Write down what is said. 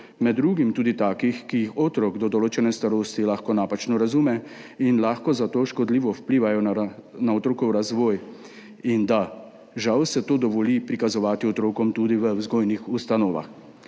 med drugim tudi takih, ki jih otrok do določene starosti lahko napačno razume in lahko zato škodljivo vplivajo na otrokov razvoj. Da, žal se to dovoli prikazovati otrokom tudi v vzgojnih ustanovah.